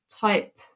type